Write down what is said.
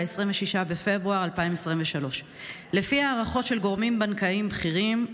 26 בפברואר 2023. לפי הערכות של גורמים בנקאיים בכירים,